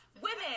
Women